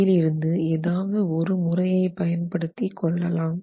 இதிலிருந்து ஏதாவது ஒரு முறையை பயன்படுத்தி கொள்ளலாம்